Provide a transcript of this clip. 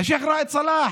השייח' ראאד סלאח,